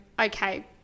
okay